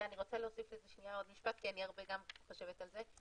אני רוצה להוסיף שניה עוד משפט כי אני גם חושבת על זה הרבה.